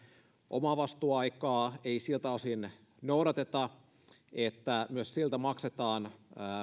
omavastuuaikaa ei siltä osin noudateta että myös siltä maksetaan